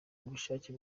ubushake